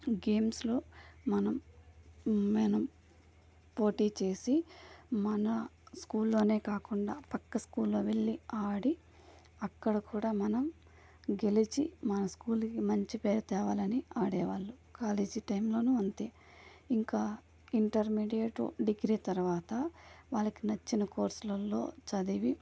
గేమ్స్లో మనం మనం పోటీ చేసి మన స్కూల్లోనే కాకుండా పక్క స్కూల్లో వెళ్ళి ఆడి అక్కడ కూడా మనం గెలిచి మన స్కూల్కి మంచి పేరు తేవాలని ఆడేవాళ్ళు కాలేజీ టైంలో అంతే ఇంకా ఇంటర్మీడియట్ డిగ్రీ తర్వాత వాళ్ళకు నచ్చిన కోర్సులలో చదివి